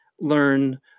learn